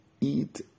eat